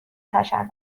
تشکر